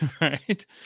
Right